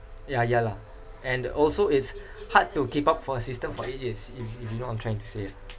ya ya lah and also it's hard to keep up for a system for it is if if you know what I'm trying to say ah